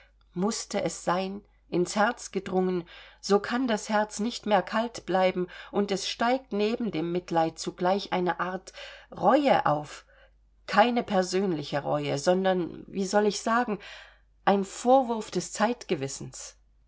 mußte es sein ins herz gedrungen so kann das herz nicht mehr kalt bleiben und es steigt neben dem mitleid zugleich eine art reue auf keine persönliche reue sondern wie soll ich sagen ein vorwurf des